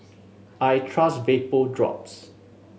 I trust Vapodrops